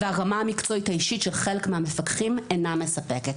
והרמה המקצועית האישית של חלק מהמפקחים אינה מספקת".